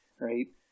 Right